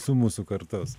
su mūsų kartos